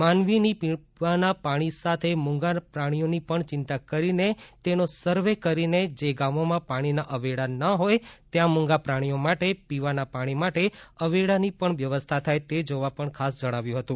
માનવીની પીવાના પાણી સાથે મુંગા પ્રાણીઓની પણ ચિંતા કરીને તેનો સર્વે કરીને જે ગામોમાં પાણીના અવેડા ન હોય ત્યાં મુંગા પ્રાણીઓ માટે પીવાના પાણી માટે અવેડાની પણ વ્યવસ્થા થાય તે જોવા પણ ખાસ જણાવ્યું હતું